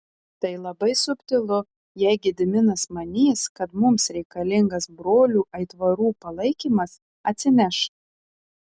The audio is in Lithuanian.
tai labai subtilu jei gediminas manys kad mums reikalingas brolių aitvarų palaikymas atsineš